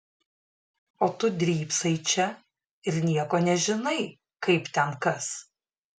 o tu drybsai čia ir nieko nežinai kaip ten kas